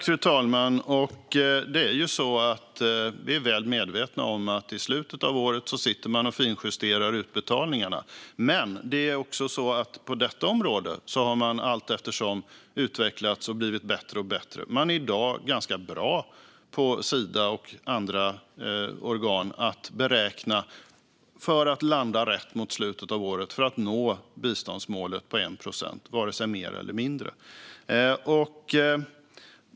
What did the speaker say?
Fru talman! Vi är väl medvetna om att man i slutet av året sitter och finjusterar utbetalningarna. Men det är också så att på detta område har man allteftersom utvecklats och blivit bättre och bättre. Man är i dag på Sida och andra organ ganska bra på att göra beräkningar för att landa rätt i slutet av året för att nå biståndsmålet på 1 procent - varken mer eller mindre.